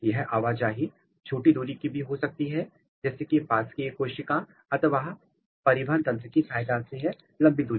यह आवाजाही छोटी दूरी की भी हो सकती है जैसे कि एक पास की ही कोशिका तक अथवा परिवहन तंत्र की सहायता से यह लंबी दूरी